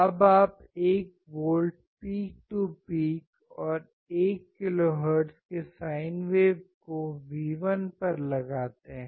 अब आप 1 volt peak to peak और 1 किलोहर्ट्ज़ की साइन वेव को V1 पर लगाते हैं